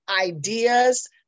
ideas